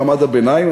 מעמד הביניים.